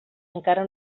encara